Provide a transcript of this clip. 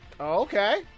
okay